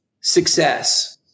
success